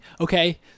okay